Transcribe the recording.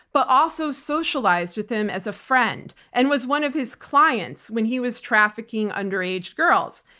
but also socialized with him as a friend and was one of his clients when he was trafficking underage girls.